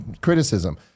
criticism